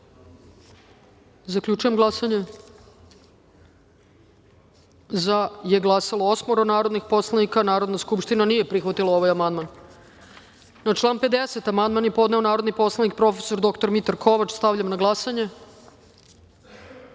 glasanje. Zaključujem glasanje: za je glasalo osmoro narodnih poslanika. Narodna skupština nije prihvatila ovaj amandman. Na član 50. amandman je podneo narodni poslanik prof. dr Mitar Kovač. Stavljam na